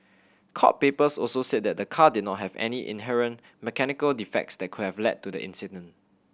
court papers also said that the car did not have any inherent mechanical defects that could have led to the accident